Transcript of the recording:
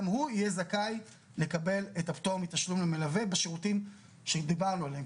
גם הוא יהיה זכאי לקבל את הפטור מתשלום למלווה בשירותים שדיברנו עליהם,